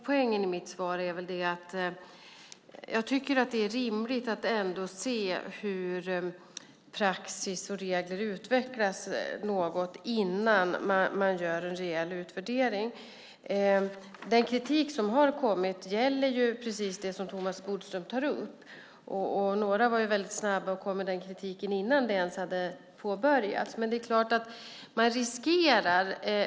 Poängen i mitt svar är att det är rimligt att se hur praxis och regler utvecklas innan man gör en rejäl utvärdering. Den kritik som har kommit gäller precis det som Thomas Bodström tog upp. Några var snabba med att komma med den kritiken innan det ens hade påbörjats.